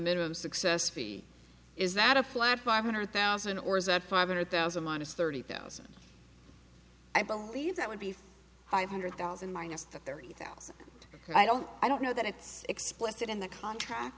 middle of success fee is that a flat five hundred thousand or is that five hundred thousand minus thirty thousand i believe that would be five hundred thousand minus the thirty thousand i don't i don't know that it's explicit in the contract